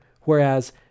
whereas